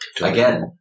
again